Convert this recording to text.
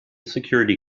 security